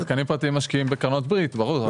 שחקנים פרטיים משקיעים בקרנות ריט, ברור.